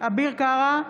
אביר קארה,